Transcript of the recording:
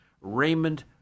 Raymond